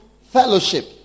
fellowship